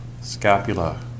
scapula